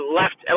left